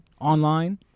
online